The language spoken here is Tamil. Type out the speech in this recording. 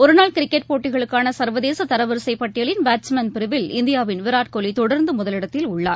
ஒருநாள் கிரிக்கெட் போட்டிகளுக்கானசர்வதேசதரவரிசைப் பட்டியலின் பேட்ஸ்மேன் பிரிவில் இந்தியாவின் விராட் கோலிதொடர்ந்துமுதலிடத்தில் உள்ளார்